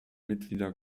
mitglieder